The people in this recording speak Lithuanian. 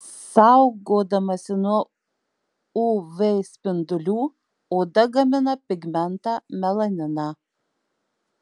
saugodamasi nuo uv spindulių oda gamina pigmentą melaniną